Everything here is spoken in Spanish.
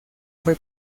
fue